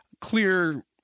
clear